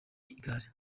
igare